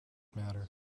matter